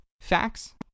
facts